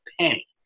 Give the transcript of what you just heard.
penny